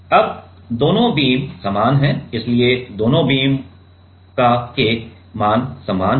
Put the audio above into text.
अब दोनों बीम समान हैं इसलिए दोनों बीमों का K मान समान है